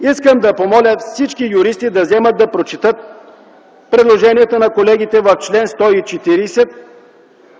Искам да помоля всички юристи да прочетат предложението на колегите в чл. 140